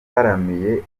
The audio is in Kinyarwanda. yataramiye